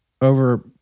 over